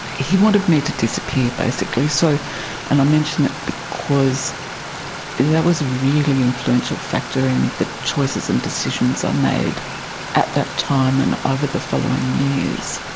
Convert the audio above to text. he wanted me to disappear basically so and i mention that because that was a really influential factor in the choices and decisions i made at that time and over the following years.